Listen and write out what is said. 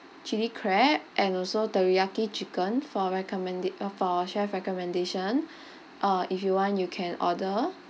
chilli crab and also teriyaki chicken for recommenda~ uh for chef's recommendation uh if you want you can order